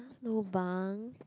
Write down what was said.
lobang